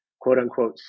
quote-unquote